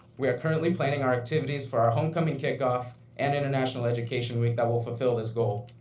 we are currently planning our activities for our homecoming kickoff and international education week that will fulfill this goal.